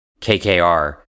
KKR